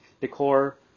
decor